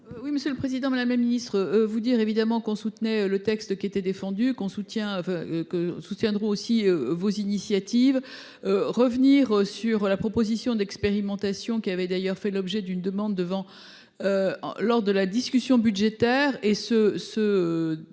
Oui, monsieur le président, ma la même ministre vous dire évidemment qu'on soutenait le texte qui était défendu qu'on soutient que soutiendront aussi vos initiatives. Revenir sur la proposition d'expérimentation qui avait d'ailleurs fait l'objet d'une demande de vent. Lors de la discussion budgétaire